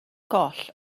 goll